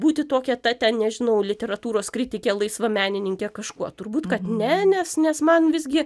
būti tokia ta nežinau literatūros kritike laisva menininke kažkuo turbūt kad ne nes nes man visgi